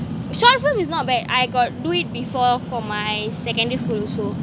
short film is not bad I got do it before for my secondary school also